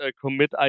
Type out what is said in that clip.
commit